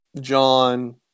John